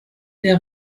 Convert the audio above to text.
der